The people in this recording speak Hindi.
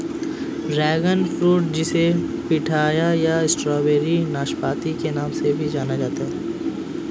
ड्रैगन फ्रूट जिसे पिठाया या स्ट्रॉबेरी नाशपाती के नाम से भी जाना जाता है